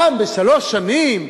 פעם בשלוש שנים,